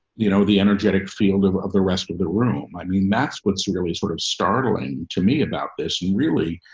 you know, the energetic field of of the rest of the room. i mean, that's what's really sort of startling to me about this. and really,